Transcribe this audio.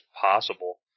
possible